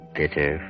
bitter